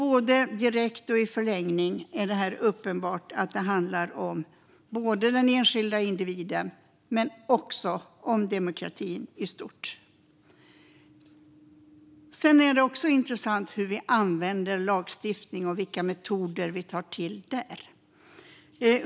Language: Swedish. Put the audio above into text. Både direkt och i förlängningen är det uppenbart att detta handlar både om den enskilda individen och om demokratin i stort. Det är också intressant hur vi använder lagstiftning och vilka metoder vi tar till.